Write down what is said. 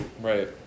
Right